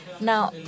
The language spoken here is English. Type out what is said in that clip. Now